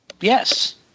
Yes